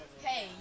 Hey